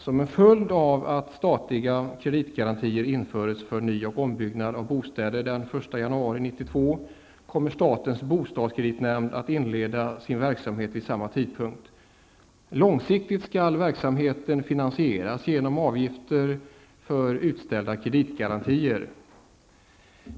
Som en följd av att statliga kreditgarantier införs för ny och ombyggnad av bostäder den 1 januari 1992 kommer statens bostadskreditnämnd att inleda sin verksamhet vid samma tidpunkt. Långsiktigt skall verksamheten finansieras genom avgifter för utställda kreditgarantier.